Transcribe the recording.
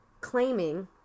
claiming